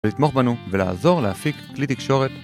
לתמוך בנו ולעזור להפיק כלי תקשורת